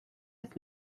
with